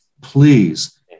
please